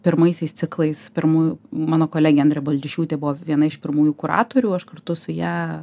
pirmaisiais ciklais pirmųjų mano kolegė andrė baldišiūtė buvo viena iš pirmųjų kuratorių aš kartu su ja